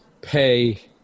pay